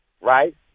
right